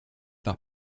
par